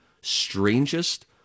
strangest